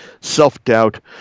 self-doubt